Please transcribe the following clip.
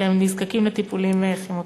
כשהם נזקקים לטיפולים כימותרפיים.